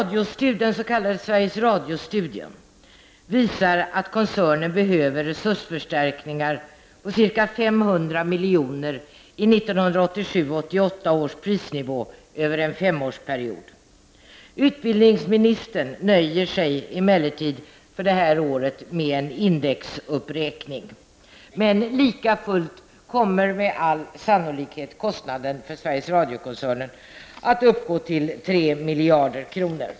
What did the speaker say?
Den s.k. Sveriges Radio-studien visar att koncernen över en fem års period behöver resursförstärkningar på ca 500 milj.kr. i 1987/88 års prisnivå. Utbildningsministern nöjer sig emellertid för det här året med en indexuppräkning. Kostnaderna för Sveriges Radio-koncernen kommer trots det att med all sannolikhet uppgå till tre miljarder kronor.